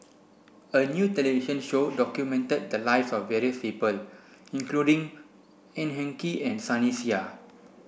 a new television show documented the lives of various people including Ng Eng Kee and Sunny Sia